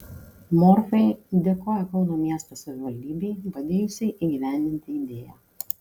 morfai dėkojo kauno miesto savivaldybei padėjusiai įgyvendinti idėją